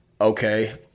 okay